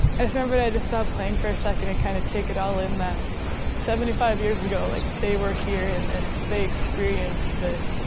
i just remember i had to stop playing for a second and kinda take it all in that seventy five years ago, like, they were here and and they experienced this.